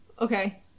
Okay